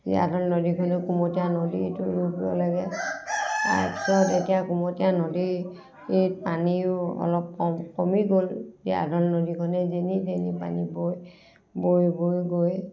জীয়া ঢল নদীখনেই কুমতীয়া নদীৰ ৰূপ ল'লেগৈ তাৰ পাছত এতিয়া কুমতীয়া নদীত পানীও অলপ কম কমি গ'ল জীয়া ঢল নদীখনেই যেনি তেনি পানী বৈ বৈ বৈ গৈ